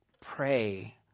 pray